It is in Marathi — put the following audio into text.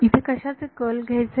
इथे कशाचे कर्ल घ्यायचे